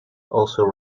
also